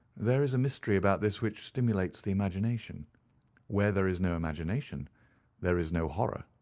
there is a mystery about this which stimulates the imagination where there is no imagination there is no horror.